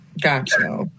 Gotcha